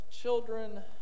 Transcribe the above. children